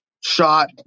shot